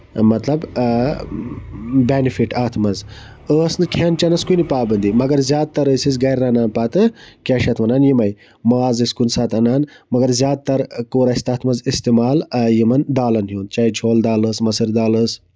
مطلب آ بٮ۪نِفِٹ اَتھ منٛز ٲسۍ نہٕ کھٮ۪ن چٮ۪نَس کُنہِ پابَندی مَگر زیادٕ ٲسۍ أسۍ گرِ رَنان بَتہٕ کیاہ چھِ یَتھ وَنان یِمَے ماز ٲسۍ کُنہِ ساتہٕ اَنان مَگر زیادٕ تَر کوٚر اَسہِ تَتھ منٛز اِستعمال یِمن دالَن ہُند چاہے چھولہٕ دال ٲسۍ مُسٔر دال ٲسۍ